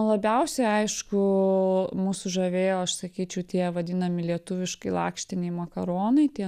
labiausia aišku mus sužavėjo aš sakyčiau tie vadinami lietuviškai lakštiniai makaronai tie